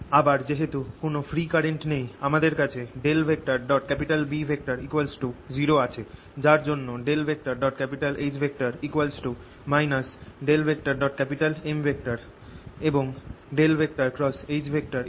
আবার যেহেতু কোন ফ্রী কারেন্ট নেই আমাদের কাছে B 0 আছে যার জন্য H M এবং H0